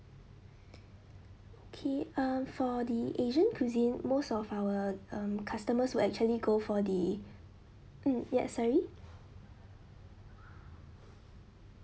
K uh for the asian cuisine most of our um customers will actually go for the mm ya sorry